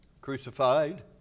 Crucified